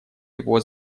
его